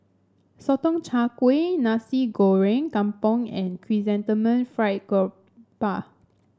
Sotong Char Kway Nasi Goreng Kampung and Chrysanthemum Fried Garoupa